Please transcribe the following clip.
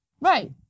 right